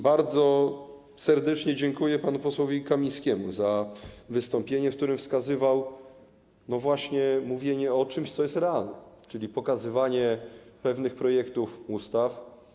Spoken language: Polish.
Bardzo serdecznie dziękuję panu posłowi Kamińskiemu za wystąpienie, w którym wskazywał na mówienie o czymś, co jest realne, czyli pokazywanie pewnych projektów ustaw.